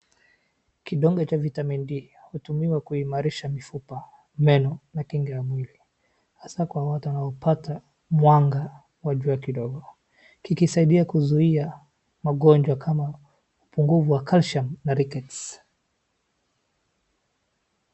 Kidonge cha vitamin D hutumiwa kuimarisha mifupa, meno na kinga ya mwili hasa kwa watu wanaopata mwanga wa jua kidogo. Kikisaidia kuzuia magonjwa kama upungufu wa calcium na rickets .